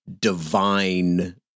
divine